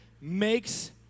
makes